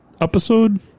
episode